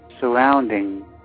surrounding